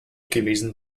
gewesen